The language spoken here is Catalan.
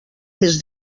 més